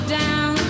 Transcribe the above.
down